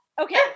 Okay